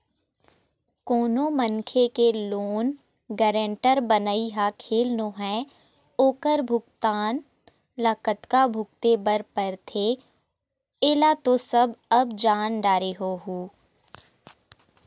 कोनो मनखे के लोन गारेंटर बनई ह खेल नोहय ओखर भुगतना ल कतका भुगते बर परथे ऐला तो सब अब जाने डरे होहूँ